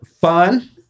Fun